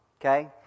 Okay